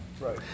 Right